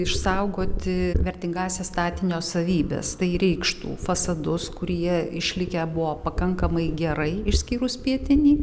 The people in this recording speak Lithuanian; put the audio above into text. išsaugoti vertingąsias statinio savybes tai reikštų fasadus kurie išlikę buvo pakankamai gerai išskyrus pietinį